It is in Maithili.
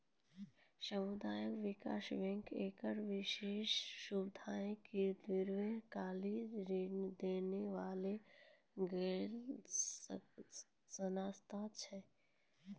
समुदायिक विकास बैंक एगो विशेष समुदाय के दीर्घकालिन ऋण दै बाला एगो संस्था छै